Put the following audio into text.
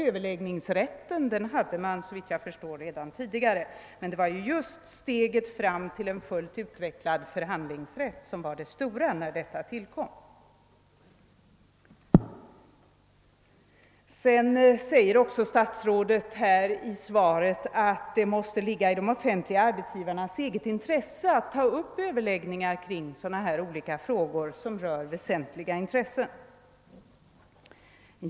Överläggningsrätten hade man nämligen, såvitt jag förstår, redan tidigare, men det var just steget fram till en fullt utvecklad förhandlingsrätt som var det betydelsefulla, när denna lagstiftning tillkom. Vidare säger statsrådet i svaret, att det måste ligga i de offentliga arbetsgivarnas eget intresse att ta upp överlägg Ding i sådana här frågor som rör väsentliga intressen.